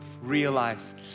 realize